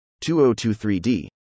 2023D